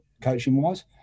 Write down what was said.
coaching-wise